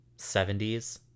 70s